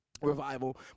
revival